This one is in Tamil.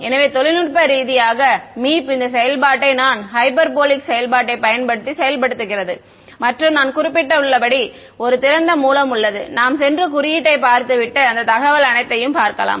எனவே தொழில்நுட்ப ரீதியாக மீப் இந்த செயல்பாட்டை டான் ஹைபர்போலிக் செயல்பாட்டை பயன்படுத்தி செயல்படுத்துகிறது மற்றும் நான் குறிப்பிட்டுள்ளபடி ஒரு திறந்த மூலம் உள்ளது நாம் சென்று குறியீட்டைப் பார்த்துவிட்டு அந்த தகவல் அனைத்தையும் பார்க்கலாம்